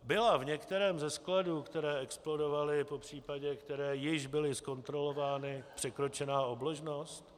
Byla v některém ze skladů, které explodovaly, popřípadě které již byly zkontrolovány, překročená obložnost?